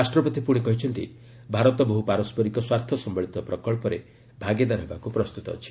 ରାଷ୍ଟ୍ରପତି ପୁଣି କହିଛନ୍ତି ଭାରତ ବହୁ ପାରସ୍କରିକ ସ୍ୱାର୍ଥସମ୍ଭଳିତ ପ୍ରକଳ୍ପରେ ଭାଗିଦାର ହେବାକୁ ପ୍ରସ୍ତୁତ ଅଛି